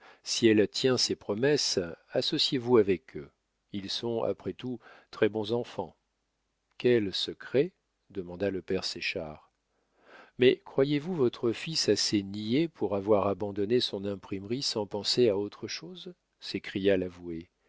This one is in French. si elle tient ses promesses associez vous avec eux ils sont après tout très bons enfants quel secret demanda le père séchard mais croyez-vous votre fils assez niais pour avoir abandonné son imprimerie sans penser à autre chose s'écria